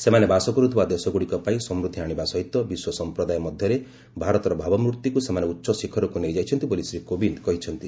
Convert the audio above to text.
ସେମାନେ ବାସ କରୁଥିବା ଦେଶଗୁଡ଼ିକ ପାଇଁ ସମୃଦ୍ଧି ଆଣିବା ସହିତ ବିଶ୍ୱ ସମ୍ପ୍ରଦାୟ ମଧ୍ୟରେ ଭାରତର ଭାବମୂର୍ତ୍ତିକୁ ସେମାନେ ଉଚ୍ଚ ଶିଖରକୁ ନେଇଯାଇଛନ୍ତି ବୋଲି ଶ୍ରୀ କୋବିନ୍ଦ କହିଛନ୍ତି